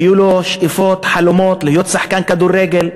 היו לו שאיפות, חלומות, להיות שחקן כדורגל,